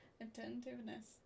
attentiveness